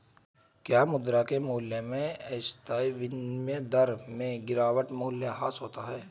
क्या मुद्रा के मूल्य में अस्थायी विनिमय दर में गिरावट मूल्यह्रास होता है?